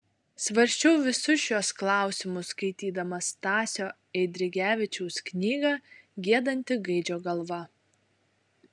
svarsčiau visus šiuos klausimus skaitydamas stasio eidrigevičiaus knygą giedanti gaidžio galva